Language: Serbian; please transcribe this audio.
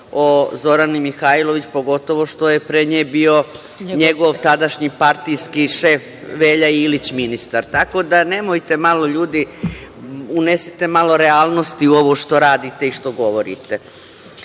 o Zorani Mihajlović, pogotovo što je pre nje bio njegov tadašnji partijski šef Velja Ilić ministar. Unesite ljudi malo realnosti u ovo što radite i što govorite. Šta